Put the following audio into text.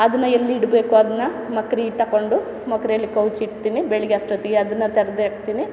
ಅದನ್ನು ಎಲ್ಲಿಡಬೇಕು ಅದನ್ನ ಮಂಕ್ರಿ ತಗೊಂಡು ಮಂಕ್ರಿಯಲ್ಲಿ ಕೌಚಿಡ್ತೀನಿ ಬೆಳಗ್ಗೆ ಅಷ್ಟೊತ್ತಿಗೆ ಅದನ್ನು ತೆರ್ದು ಹಾಕ್ತೀನಿ